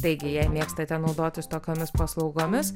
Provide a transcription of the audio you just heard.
taigi jei mėgstate naudotis tokiomis paslaugomis